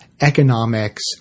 economics